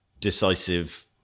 decisive